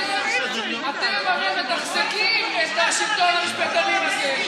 אתם הרי מתחזקים את שלטון המשפטנים הזה.